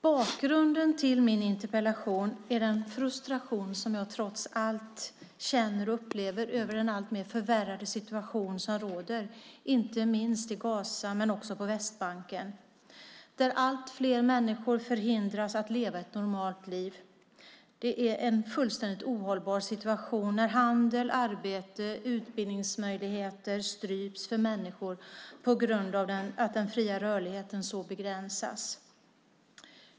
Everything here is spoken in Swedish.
Bakgrunden till min interpellation är den frustration som jag trots allt känner och upplever över den alltmer förvärrade situation som råder inte minst i Gaza men också på Västbanken, där allt fler människor hindras att leva ett normalt liv. Det är en fullständigt ohållbar situation när handel, arbete och utbildningsmöjligheter stryps för människor på grund av att den fria rörligheten så begränsas.